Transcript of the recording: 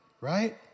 right